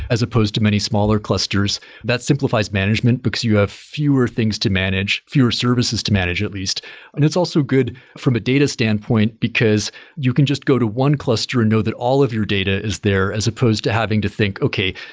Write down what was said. as opposed to many smaller clusters that simplifies management, because you have fewer things to manage, fewer services to manage at least and it's also good from a data standpoint, because you can just go to one cluster and know that all of your data is there, as opposed to having to think okay,